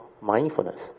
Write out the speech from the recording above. mindfulness